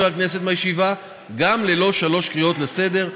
הכנסת מהישיבה גם ללא שלוש קריאות לסדר,